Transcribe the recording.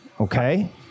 okay